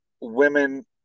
women